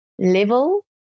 Level